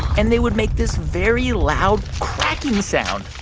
and they would make this very loud cracking sound